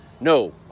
No